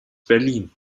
berlin